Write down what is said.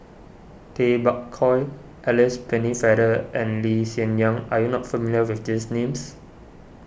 Tay Bak Koi Alice Pennefather and Lee Hsien Yang are you not familiar with these names